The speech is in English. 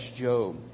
Job